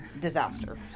disaster